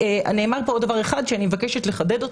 נאמר פה עוד דבר אחד שאני מבקשת לחדד,